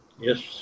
Yes